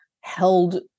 held